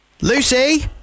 Lucy